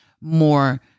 more